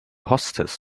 hostess